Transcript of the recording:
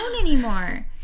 anymore